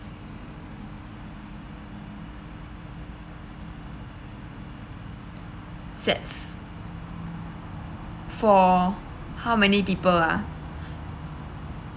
sets for how many people uh